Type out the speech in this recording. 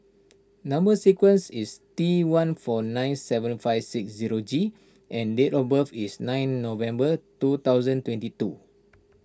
Number Sequence is T one four nine seven five six zero G and date of birth is nine November two thousand twenty two